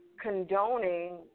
condoning